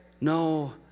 No